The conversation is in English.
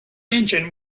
engine